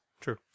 true